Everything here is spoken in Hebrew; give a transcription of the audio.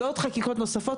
ועל עוד חקיקות נוספות.